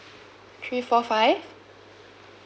three four five